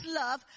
love